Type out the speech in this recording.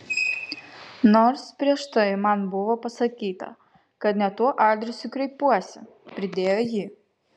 nors prieš tai man buvo pasakyta kad ne tuo adresu kreipiuosi pridėjo ji